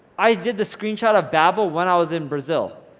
i did the screenshot of babel when i was in brazil.